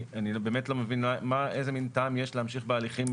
אני באמת לא מבין איזה טעם יש להמשיך בהליכים